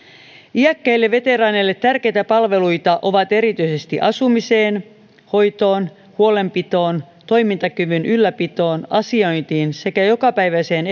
iäkkäille veteraaneille tärkeitä palveluita ovat erityisesti asumiseen hoitoon huolenpitoon toimintakyvyn ylläpitoon asiointiin sekä jokapäiväiseen